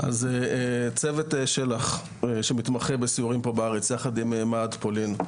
אז צוות של"ח שמתמחה בסיורים פה בארץ יחד עם מה"ד פולין,